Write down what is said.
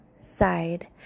side